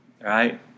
right